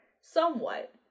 somewhat